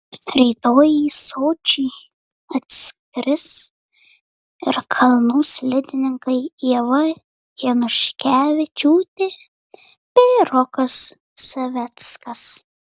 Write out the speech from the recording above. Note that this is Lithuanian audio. rytoj į sočį atskris ir kalnų slidininkai ieva januškevičiūtė bei rokas zaveckas